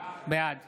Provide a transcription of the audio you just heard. בעד